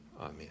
amen